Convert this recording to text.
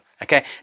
Okay